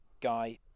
guy